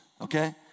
okay